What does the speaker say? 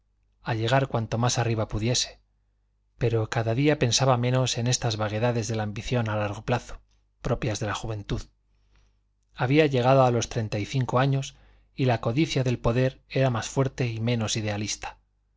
a llegar cuanto más arriba pudiese pero cada día pensaba menos en estas vaguedades de la ambición a largo plazo propias de la juventud había llegado a los treinta y cinco años y la codicia del poder era más fuerte y menos idealista